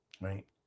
right